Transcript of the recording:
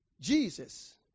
Jesus